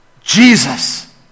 Jesus